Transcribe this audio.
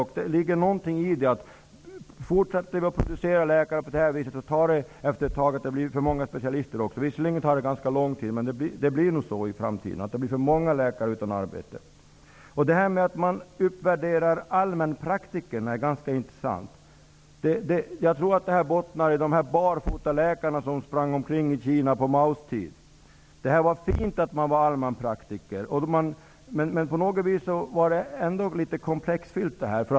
Det ligger något i det faktum att om vi fortsätter att producera läkare på detta sätt kommer det att bli för många specialister. Visserligen tar det lång tid. Men det blir nog så att det blir för många läkare utan arbete i framtiden. Detta att allmänpraktikerna uppvärderas är intressant. Jag tror att det bottnar i barfotaläkarna som sprang omkring i Kina på Maos tid. Det var fint att vara allmänpraktiker. Men på något sätt var det hela komplext.